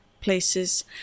places